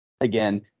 again